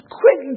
quit